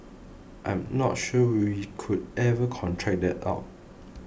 I am not sure we could ever contract that out